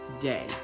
day